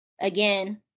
Again